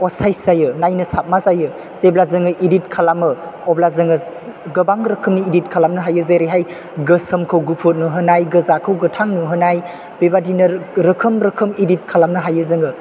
असाइस जायो नायनो साबा जायो जेरै जों इदित खालामो अब्ला जोङो गोबां रोखोमनि इदित खालामनो हायो जेरैहाय गोसोमखौ गुफुर नुहोनाय गोजाखौ गोथां नुहोनाय बेबादिनो रोखोम रोखोम इदित खालामनो हायो जों